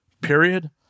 Period